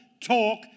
talk